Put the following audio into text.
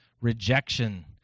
rejection